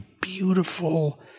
beautiful